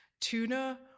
Tuna